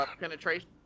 penetration